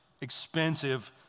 expensive